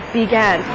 began